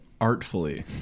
artfully